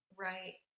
Right